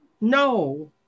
No